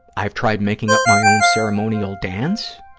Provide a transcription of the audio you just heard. i've tried making up my own ceremonial dance.